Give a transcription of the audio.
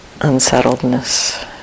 unsettledness